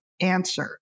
answer